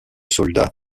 soldats